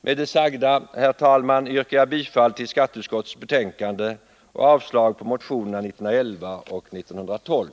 Med det sagda, herr talman, yrkar jag bifall till skatteutskottets hemställan i betänkandet och avslag på motionerna 1911 och 1912.